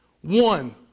One